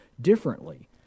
differently